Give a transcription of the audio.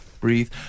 breathe